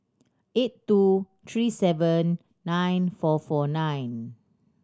eight two three seven nine four four nine